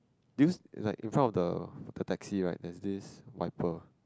do you like in front of the the taxi right is this wiper